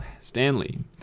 Stanley